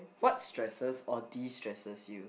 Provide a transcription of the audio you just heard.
what stresses or destresses you